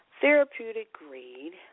therapeutic-grade